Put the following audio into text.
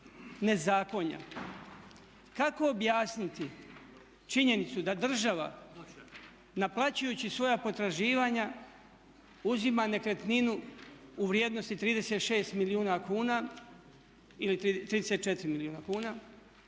nezakonja. Kako objasniti činjenicu da država naplaćujući svoja potraživanja uzima nekretninu u vrijednosti 36 milijuna kuna ili 34 milijuna kuna,